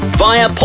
via